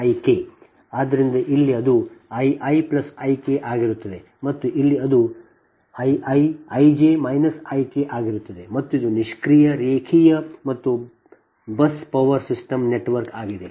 ಆದ್ದರಿಂದ ಇಲ್ಲಿ ಅದು I i I k ಆಗಿರುತ್ತದೆ ಮತ್ತು ಇಲ್ಲಿ ಅದು I j I k ಆಗಿರುತ್ತದೆ ಮತ್ತು ಇದು ನಿಷ್ಕ್ರಿಯ ರೇಖೀಯ ಮತ್ತು ಬಸ್ ಪವರ್ ಸಿಸ್ಟಮ್ ನೆಟ್ವರ್ಕ್ ಆಗಿದೆ